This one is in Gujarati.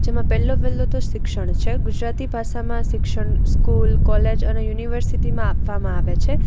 જેમાં પહેલો વહેલો તો શિક્ષણ છે ગુજરાતી ભાષામાં શિક્ષણ સ્કૂલ કોલેજ અને યુનિવર્સિટીમાં આપવામાં આવે છે